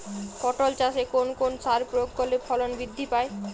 পটল চাষে কোন কোন সার প্রয়োগ করলে ফলন বৃদ্ধি পায়?